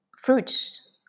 fruits